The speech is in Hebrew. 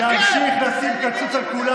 מאפשרים להמשיך לעבור על החוק.